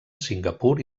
singapur